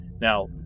Now